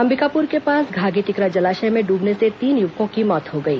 अंबिकापुर के पास घाघीटिकरा जलाशय में डूबने से तीन युवकों की मौत हो गई